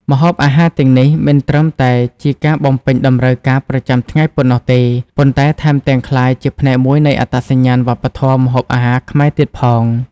ម្ហូបអាហារទាំងនេះមិនត្រឹមតែជាការបំពេញតម្រូវការប្រចាំថ្ងៃប៉ុណ្ណោះទេ ប៉ុន្តែថែមទាំងក្លាយជាផ្នែកមួយនៃអត្តសញ្ញាណវប្បធម៌ម្ហូបអាហារខ្មែរទៀតផង។